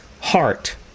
heart